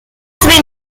rivers